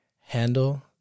handle